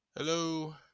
Hello